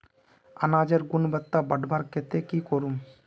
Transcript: अनाजेर गुणवत्ता बढ़वार केते की करूम?